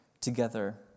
together